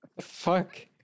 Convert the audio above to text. Fuck